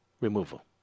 removal